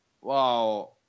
Wow